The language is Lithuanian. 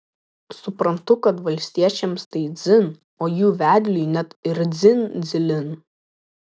suprantu kad valstiečiams tai dzin o jų vedliui net ir dzin dzilin